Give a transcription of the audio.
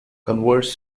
converse